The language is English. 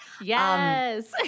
Yes